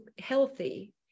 healthy